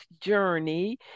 journey